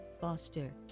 foster